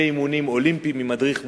אימונים אולימפיים עם מדריך מוסמך,